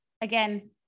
again